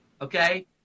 Okay